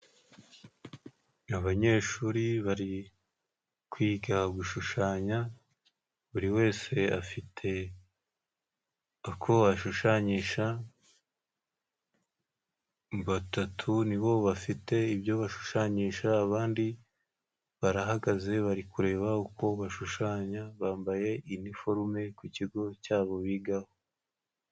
Abanyeshuri bari kwiga gushushanya. Buri wese afite uko ashushanyisha batatu nibo bafite ibyo bashushanyisha; abandi barahagaze bari kureba uko bashushanya. Bambaye iniforume ku kigo cyabo bigaho.